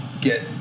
Get